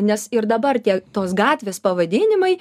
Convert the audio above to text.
nes ir dabar tie tos gatvės pavadinimai